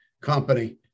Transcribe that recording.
company